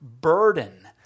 burden